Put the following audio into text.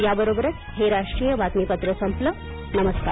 या बरोबरच हे राष्ट्रीय बातमीपत्र संपलं नमस्कार